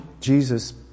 Jesus